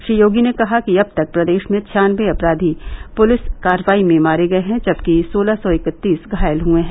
श्री योगी ने कहा कि अब तक प्रदेश में छियानबे अपराधी पुलिस कार्रवाई में मारे गये हैं जबकि सोलह सौ इकतीस घायल हुए हैं